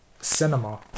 cinema